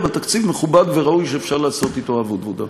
תקציב מכובד וראוי שאפשר לעשות אתו עבודה.